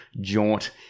jaunt